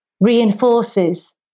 Reinforces